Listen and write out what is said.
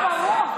ברור.